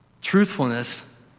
Truthfulness